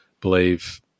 believe